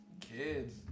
Kids